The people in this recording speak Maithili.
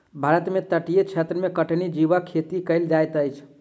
भारत में तटीय क्षेत्र में कठिनी जीवक खेती कयल जाइत अछि